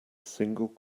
single